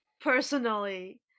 personally